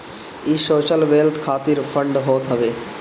इ social wealth खातिर fund होत हवे